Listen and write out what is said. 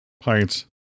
pints